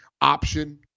option